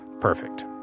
Perfect